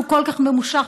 שהוא כל כך ממושך,